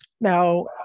Now